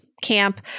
camp